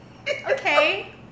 Okay